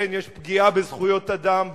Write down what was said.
יש הרבה יותר פגיעה בזכויות אדם,